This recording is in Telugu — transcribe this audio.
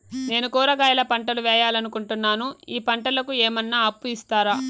నేను కూరగాయల పంటలు వేయాలనుకుంటున్నాను, ఈ పంటలకు ఏమన్నా అప్పు ఇస్తారా?